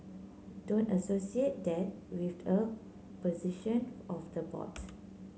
don't associate that with a position of the board